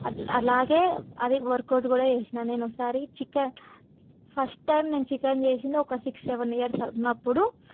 అట్ల అలాగే అది వర్కౌట్ కూడా చేసాను నేనొకసారి చికెన్ ఫస్ట్ టైం నేను చికెన్ చేసింది ఒక సిక్స్ సెవెన్ ఇయర్స్ ఉన్నప్పుడు